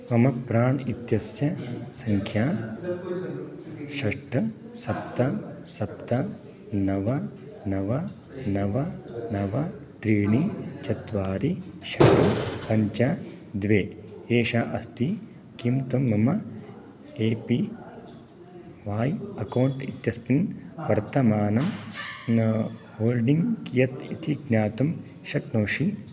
मम प्राण् इत्यस्य सङ्ख्या षट् सप्त सप्त नव नव नव नव त्रीणि चत्वारि षट् पञ्च द्वे एषा अस्ति किं त्वं मम ए पी व्हाय् अकौण्ट् इत्यस्मिन् वर्तमानं न होल्डिङ्ग् कियत् इति ज्ञातुं शक्नोषि